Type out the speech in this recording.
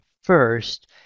first